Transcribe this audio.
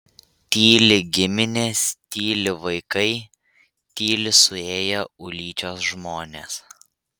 tyli giminės tyli vaikai tyli suėję ulyčios žmonės